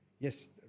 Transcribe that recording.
Yes